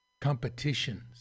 competitions